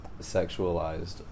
sexualized